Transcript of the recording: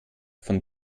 von